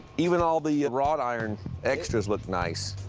even all the wrought iron extras look nice.